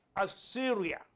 Assyria